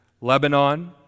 Lebanon